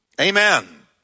Amen